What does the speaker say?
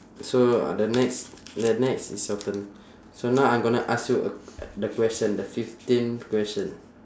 so uh the next the next it's your turn so now I'm gonna ask you a the question the fifteen question